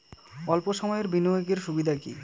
অল্প সময়ের বিনিয়োগ এর সুবিধা কি?